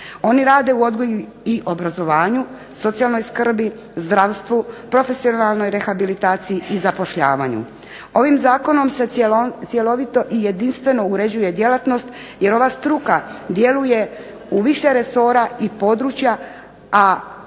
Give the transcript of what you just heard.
Oni rade u odgoju i obrazovanju, socijalnoj skrbi, zdravstvu, profesionalnoj rehabilitaciji, zapošljavanju. Ovim zakonom se cjelovito i jedinstveno uređuje djelatnost jer ova struka djeluje u više resora i područja,